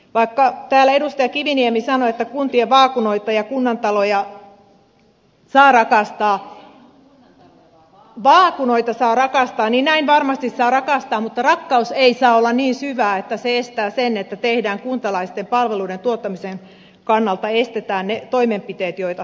vaikka täällä edustaja kiviniemi sanoi että kuntien vaakunoita ja kunnantaloja saa rakastaa vaakunoita saa rakastaa näin varmasti saa rakastaa mutta rakkaus ei saa olla niin syvää että se estää sen että kuntalaisten palveluiden tuottamisen kannalta estetään ne toimenpiteet joita tarvitaan